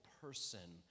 person